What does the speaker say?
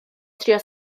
trio